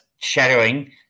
shadowing